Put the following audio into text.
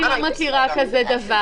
אני לא מכירה כזה דבר.